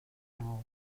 nou